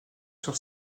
sur